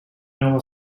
nova